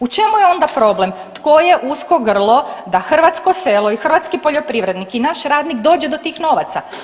U čemu je onda problem, tko je usko grlo da hrvatsko selo i hrvatski poljoprivrednik i naš radnik dođe do tih novaca?